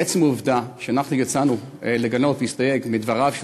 עצם העובדה שאנחנו יצאנו לגנות ולהסתייג מדבריו של